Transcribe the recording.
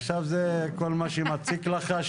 עכשיו זה כל מה שמציק לך,